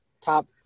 top